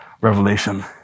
revelation